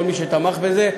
כל מי שתמך בזה.